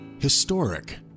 Historic